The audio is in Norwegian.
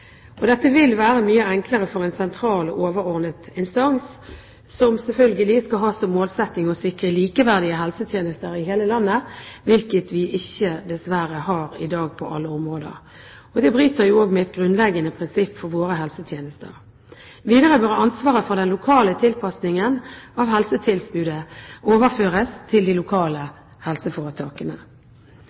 Dette vil være mye enklere for en sentral overordnet instans, som selvfølgelig skal ha som målsetting å sikre likeverdige helsetjenester i hele landet – hvilket vi dessverre ikke har i dag på alle områder. Det bryter jo også med et grunnleggende prinsipp for våre helsetjenester. Videre bør ansvaret for den lokale tilpasningen av helsetilbudet overføres til de lokale helseforetakene.